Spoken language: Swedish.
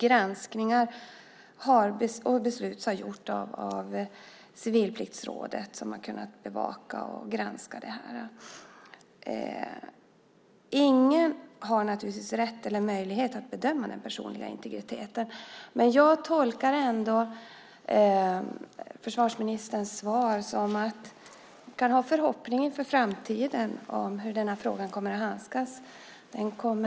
Granskningar har gjorts och beslut fattats av Civilpliktsrådet, som kunnat bevaka och granska detta. Ingen har naturligtvis rätt, eller möjlighet, att bedöma den personliga integriteten. Jag tolkar försvarsministerns svar så att vi kan ha goda förhoppningar inför framtiden om hur denna fråga kommer att hanteras.